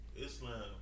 Islam